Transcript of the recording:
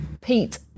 Pete